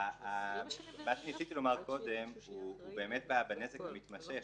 מה שניסיתי לומר קודם הוא בעניין הנזק המתמשך.